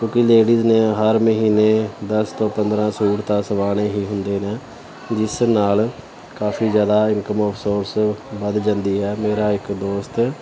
ਕਿਉਂਕਿ ਲੇਡੀਜ਼ ਨੇ ਹਰ ਮਹੀਨੇ ਦਸ ਤੋਂ ਪੰਦਰਾਂ ਸੂਟ ਤਾਂ ਸਵਾਉਣੇ ਹੀ ਹੁੰਦੇ ਨੇ ਜਿਸ ਨਾਲ ਕਾਫੀ ਜ਼ਿਆਦਾ ਇਨਕਮ ਔਫ ਸੋਰਸ ਵਧ ਜਾਂਦੀ ਹੈ ਮੇਰਾ ਇੱਕ ਦੋਸਤ